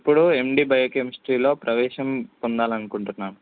ఇప్పుడు ఎండీ బయోకెమిస్ట్రీలో ప్రవేశం పొందాలనుకుంటున్నాను